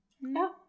no